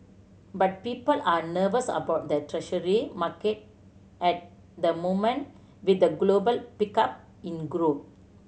but people are nervous about the Treasury market at the moment with a global pickup in growth